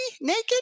naked